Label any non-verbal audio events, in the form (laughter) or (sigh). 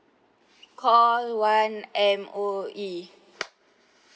call one M_O_E (noise)